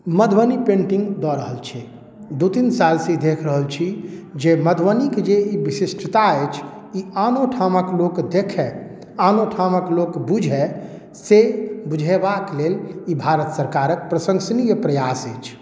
Madhubani painting दअ रहल छै दू तीन सालसँ ई देख रहल छी जे मधुबनी के जे ई विशिष्टता अछि ई आनोठामक लोक देखै आनोठामक लोक बूझै से बूझेबाक लेल ई भारत सरकारके प्रशंसनीय प्रयास अछि